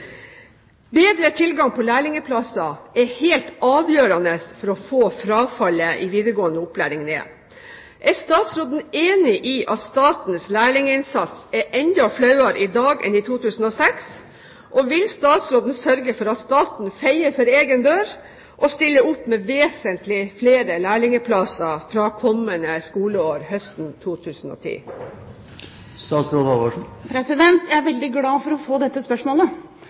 Bedre tilgang på lærlingplasser er helt avgjørende for å få frafallet i videregående opplæring ned. Er statsråden enig i at statens lærlinginnsats er enda flauere i dag enn i 2006, og vil statsråden sørge for at staten feier for egen dør og stiller opp med vesentlig flere lærlingplasser fra kommene skoleår, høsten 2010? Jeg er veldig glad for å få dette spørsmålet.